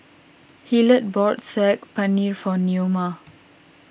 Hillard bought Saag Paneer for Neoma